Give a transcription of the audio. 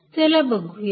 चला बघूयात